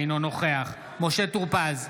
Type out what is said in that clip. אינו נוכח משה טור פז,